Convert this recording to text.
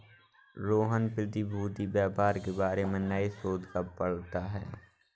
रोहन प्रतिभूति व्यापार के बारे में नए शोध को पढ़ता है